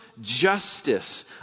justice